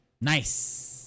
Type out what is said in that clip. Nice